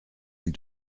ils